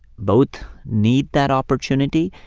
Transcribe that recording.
both need that opportunity,